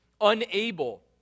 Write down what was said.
unable